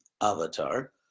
avatar